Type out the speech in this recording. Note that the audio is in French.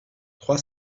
trois